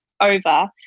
over